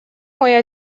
мой